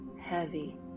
heavy